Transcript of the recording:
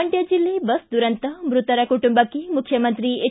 ಮಂಡ್ಯ ಜಿಲ್ಲೆ ಬಸ್ ದುರಂತ ಮೃತರ ಕುಟುಂಬಕ್ಕೆ ಮುಖ್ಯಮಂತ್ರಿ ಎಚ್